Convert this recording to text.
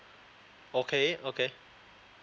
okay okay